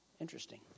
Interesting